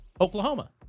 Oklahoma